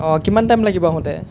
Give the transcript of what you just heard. অঁ কিমান টাইম লাগিব আহোঁতে